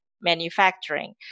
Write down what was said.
manufacturing